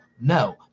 no